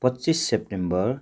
पच्चिस सेप्टेम्बर